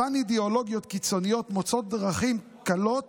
אותן אידיאולוגיות קיצוניות מוצאות דרכים קלות